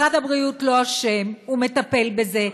משרד הבריאות לא אשם, הוא מטפל בזה.